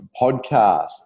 podcast